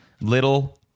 little